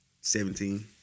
seventeen